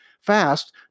fast